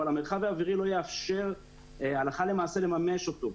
אבל המרחב האווירי לא יאפשר הלכה למעשה לממש אותו.